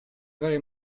varie